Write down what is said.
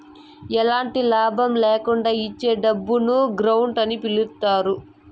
ఎలాంటి లాభం ల్యాకుండా ఇచ్చే డబ్బును గ్రాంట్ అని పిలుత్తారు